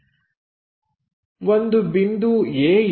ಒಂದು ಬಿಂದು A ಇದೆ